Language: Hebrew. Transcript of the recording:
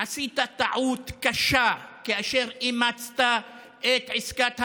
עשית טעות קשה כאשר אימצת את עסקת המאה,